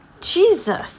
jesus